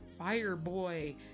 Fireboy